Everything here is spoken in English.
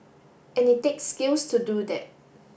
and it takes skill to do that